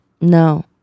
No